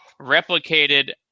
replicated